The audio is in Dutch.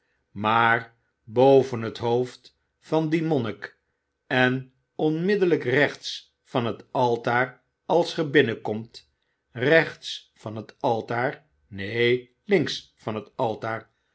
maar boven het hoofd van dien monnik en onmiddellyk rechts van het altaar als gy binnenkomt rechts van het altaar neen links van het altaar